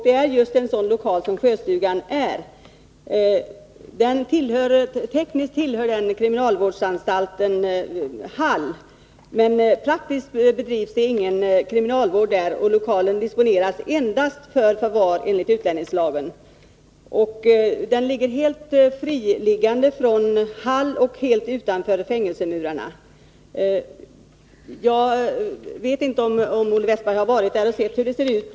Det är just en sådan lokal som Sjöstugan är. Tekniskt tillhör den kriminalvårdsanstalten Hall, men praktiskt bedrivs det ingen kriminalvård där, och lokalen disponeras endast för förvar enligt utlänningslagen. Sjöstugan är helt friliggande från Hall och helt utanför fängelsemurarna. Jag vet inte om Olle Wästberg i Stockholm varit där och sett hur det ser ut.